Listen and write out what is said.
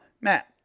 Matt